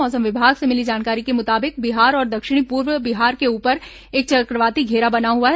मौसम विभाग से मिली जानकारी के मुताबिक बिहार और दक्षिण पूर्व बिहार के ऊपर एक चक्रवाती धेरा बना हुआ है